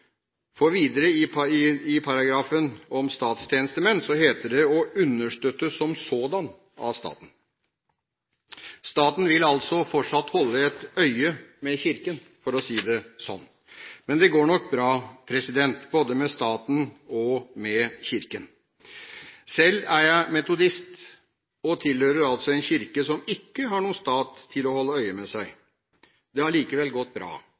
i paragrafen om statstjenestemenn heter det at den skal «understøttes som saadan av Staten». Staten vil altså fortsatt holde et øye med Kirken, for å si det sånn. Men det går nok bra, både med staten og med Kirken. Selv er jeg metodist og tilhører en kirke som ikke har noen stat til å holde øye med seg. Det har likevel gått bra.